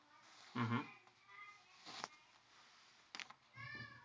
mmhmm